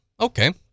Okay